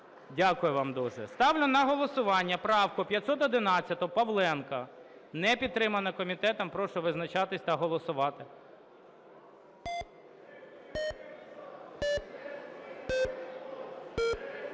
Дякую вам дуже. Ставлю на голосування правку 511 Павленка. Не підтримана комітетом. Прошу визначатися та голосувати.